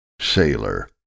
Sailor